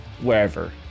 wherever